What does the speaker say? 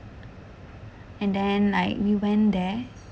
and then like we went there